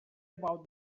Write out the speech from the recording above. about